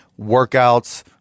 workouts